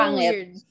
weird